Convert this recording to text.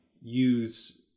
use